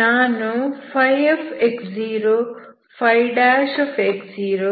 ನಾನು φx0 φx0n